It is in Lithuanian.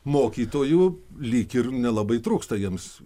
mokytojų lyg ir nelabai trūksta jiems